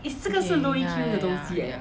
okay ya ya ya ya